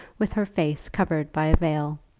with her face covered by a veil.